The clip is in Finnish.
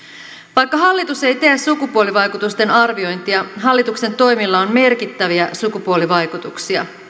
vaikka hallitus ei tee sukupuolivaikutusten arviointia hallituksen toimilla on merkittäviä sukupuolivaikutuksia